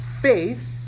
faith